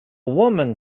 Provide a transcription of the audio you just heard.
woman